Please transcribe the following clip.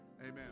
Amen